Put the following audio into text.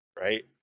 right